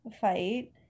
fight